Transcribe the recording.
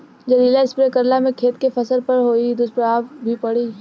जहरीला स्प्रे करला से खेत के फसल पर कोई दुष्प्रभाव भी पड़ी?